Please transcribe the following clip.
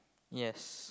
yes